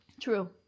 True